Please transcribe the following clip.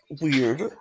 weird